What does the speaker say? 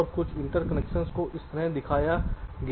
और कुछ इंटरकनेक्शंस को इस तरह दिखाया गया है